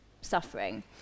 suffering